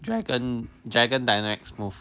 dragon dragon dynamic move